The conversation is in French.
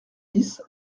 dix